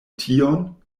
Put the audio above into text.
tion